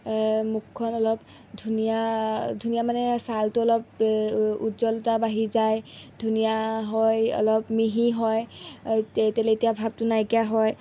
মুখখন অলপ ধুনীয়া ধুনীয়া মানে ছালটো অলপ উজ্জ্বলতা বাঢ়ি যায় ধুনীয়া হয় অলপ মিহি হয় তে তেলেতীয়া ভাৱটো নাইকীয়া হয়